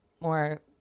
more